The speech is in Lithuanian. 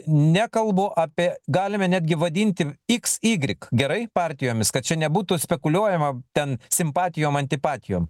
nekalbu apie galime netgi vadinti iks ygrik gerai partijomis kad čia nebūtų spekuliuojama ten simpatijom antipatijom